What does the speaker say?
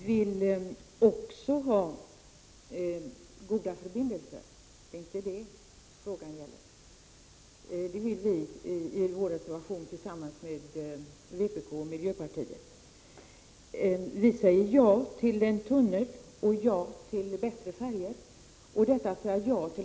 Herr talman! Vi reservanter från centerpartiet vill också ha goda förbindelser över Öresund. Det är inte det frågan gäller. Reservationen har vi tillsammans med vpk och miljöpartiet. Vi säger ja till en tunnel och till bättre färjor.